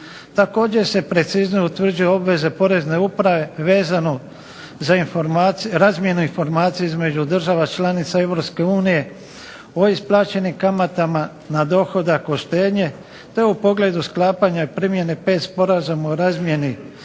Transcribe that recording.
Također se preciznije utvrđuje obveze POrezne uprave vezano za razmjenu informacija između država članica EU o isplaćenim kamatama na dohodak od štednje, te u pogledu sklapanja primjene pet sporazuma o razmjeni